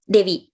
Devi